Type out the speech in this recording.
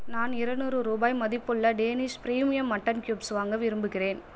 நான் இருநூறு ரூபாய் மதிப்புள்ள டேனிஷ் பிரிமியம் மட்டன் க்யூப்ஸ் வாங்க விரும்புகிறேன்